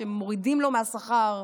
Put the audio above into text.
שמורידים לו מהשכר,